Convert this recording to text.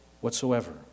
whatsoever